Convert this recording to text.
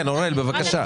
אוראל, בבקשה.